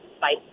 bye